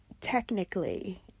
technically